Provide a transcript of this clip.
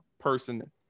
person